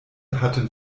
hatten